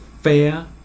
fair